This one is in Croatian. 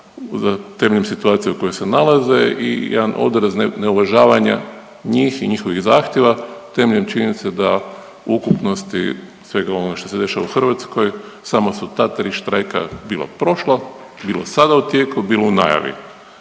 za, temeljem situacije u kojoj se nalaze i jedan odraz neuvažavanja njih i njihovih zahtjeva temeljem činjenice da ukupnosti svega onoga što se dešava u Hrvatskoj, samo su ta 3 štrajka bilo prošla, bilo sada u tijeku, bilo u najavi,